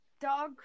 dog